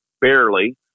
barely